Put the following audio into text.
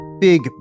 big